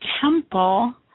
temple